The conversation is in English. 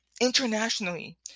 internationally